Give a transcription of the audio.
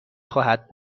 خواهد